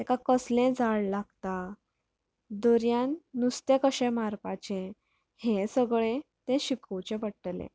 तेका कसलें झाड लागता दर्यान नुस्तें कशें मारपाचें हें सगळें तें शिकोवचें पडटलें